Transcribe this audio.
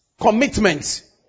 Commitment